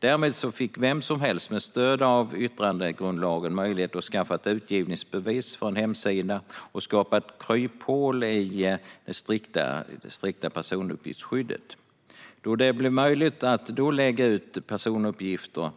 Därmed fick vem som helst med stöd av yttrandefrihetsgrundlagen möjlighet att skaffa ett utgivningsbevis för en hemsida och skapa ett kryphål i det strikta personuppgiftsskyddet eftersom det då blev möjligt att lägga ut personuppgifter